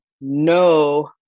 no